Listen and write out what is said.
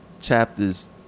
chapters